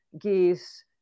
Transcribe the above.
geese